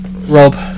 Rob